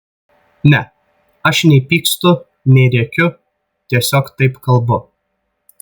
ne aš nei pykstu nei rėkiu tiesiog taip kalbu